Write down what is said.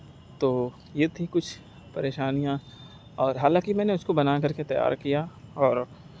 تو یہ تھی کچھ پریشانیاں اور حالانکہ میں نے اُس کو بنا کر کے تیار کیا اور